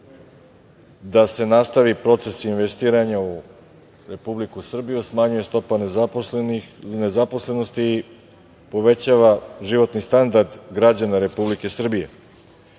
da se nastavi proces investiranja u Republiku Srbiju, smanjuje stopa nezaposlenosti, povećava životni standard građana Republike Srbije.O